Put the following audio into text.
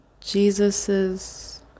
Jesus's